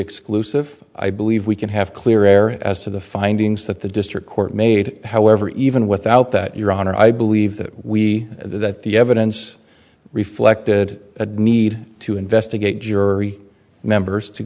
exclusive i believe we can have clear air as to the findings that the district court made however even without that your honor i believe that we that the evidence reflected a need to investigate jury members to